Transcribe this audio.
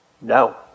No